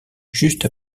juste